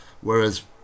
Whereas